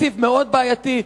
תקציב מאוד בעייתי,